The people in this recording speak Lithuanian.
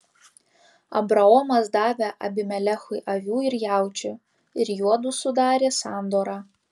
abraomas davė abimelechui avių ir jaučių ir juodu sudarė sandorą